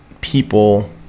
people